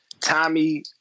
Tommy